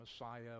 messiah